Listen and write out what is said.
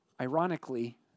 Ironically